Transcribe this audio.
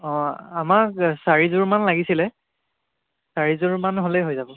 অঁ আমাক চাৰিযোৰমান লাগিছিলে চাৰিযোৰমান হ'লেই হৈ যাব